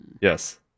Yes